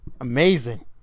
Amazing